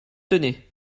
tenez